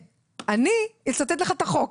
אני אצטט לך את החוק,